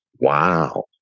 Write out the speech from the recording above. Wow